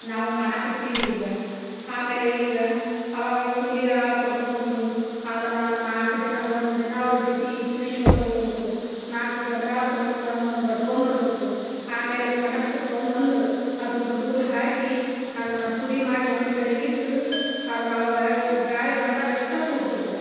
ನಾವು ಮಾಡಾಕತ್ತೀವಿ ಈಗ ಆಮೇಲೆ ಈಗ ಅವಾಗ ಕೂಲಿ ಆಳು ಕರ್ಕೊಂಬಂದು ಆದನ್ನು ನಾಲ್ಕು ದಿನ ಒಂದು ದಿನ ಅವ್ರ ಜೊತೆ ಕಿವುಶ್ಕೊಂತ ಹೋಗಬೇಕು ನಾಲ್ಕು ಗಂಡಾಳು ತಗೊಬಂದು ಅದನ್ನು ಒಟ್ಕೊಂದ್ ಬರಬೇಕು ಆಮೇಲೆ ಕಣಕ್ಕೆ ತಗೊಬಂದು ಅದನ್ನ ರೂಲ್ ಹಾಕಿ ಅದನ್ನು ಪುಡಿ ಮಾಡಿ ಒಂದ್ಕಡೆ ಇಟ್ಟು ಅದನ್ನ ಆವಾಗ ಗಾಳಿ ಬಂದಾಗ ಅಷ್ಟ ತೂರ್ತಿದ್ದರು